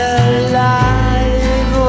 alive